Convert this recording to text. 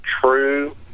true